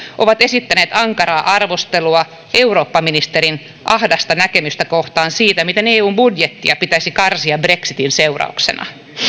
ovat esittäneet ankaraa arvostelua eurooppaministerin ahdasta näkemystä kohtaan siitä miten eun budjettia pitäisi karsia brexitin seurauksena